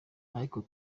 ariko